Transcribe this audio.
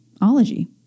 ology